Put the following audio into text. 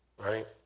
right